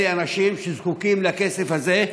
אלה אנשים שזקוקים לכסף הזה,